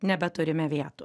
nebeturime vietų